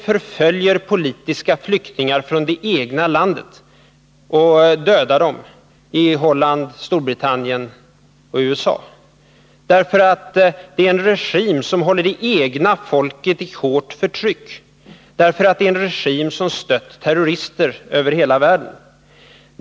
förföljer politiska flyktingar från det egna landet och dödar dem i Holland, Storbritannien och USA, därför att det är en regim som håller det egna folket i hårt förtryck, därför att det är en regim som stöder terrorister över hela världen.